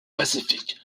pacifique